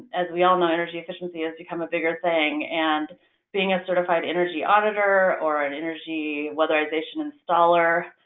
as we all know, energy efficiency has become a bigger thing. and being a certified energy auditor or an energy weatherization installer,